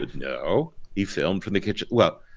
but no he filmed from the kitchen. well